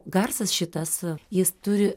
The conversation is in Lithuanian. garsas šitas jis turi